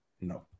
no